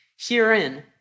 Herein